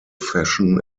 fashion